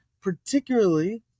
particularly